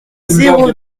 zéro